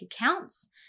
accounts